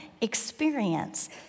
experience